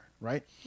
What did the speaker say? right